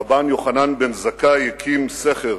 רבן יוחנן בן זכאי הקים סכר